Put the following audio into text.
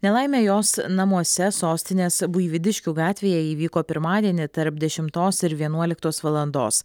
nelaimė jos namuose sostinės buivydiškių gatvėje įvyko pirmadienį tarp dešimtos ir vienuoliktos valandos